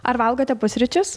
ar valgote pusryčius